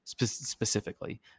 specifically